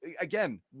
Again